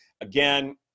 Again